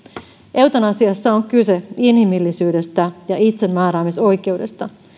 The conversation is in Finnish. eutanasiassa on kyse inhimillisyydestä ja itsemääräämisoikeudesta